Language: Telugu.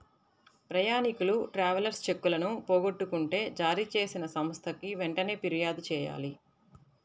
ప్రయాణీకులు ట్రావెలర్స్ చెక్కులను పోగొట్టుకుంటే జారీచేసిన సంస్థకి వెంటనే పిర్యాదు చెయ్యాలి